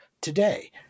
today